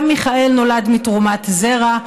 גם מיכאל נולד מתרומת זרע,